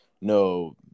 no